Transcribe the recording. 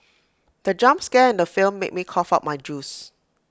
the jump scare in the film made me cough out my juice